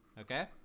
Okay